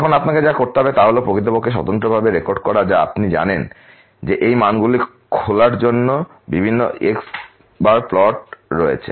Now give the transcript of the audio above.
এখন আপনাকে যা করতে হবে তা হল প্রকৃতপক্ষে স্বতন্ত্রভাবে রেকর্ড করা যা আপনি জানেন যে এই মানগুলি খোলার জন্য বিভিন্ন X মান রয়েছে